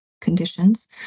conditions